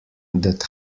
that